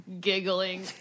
giggling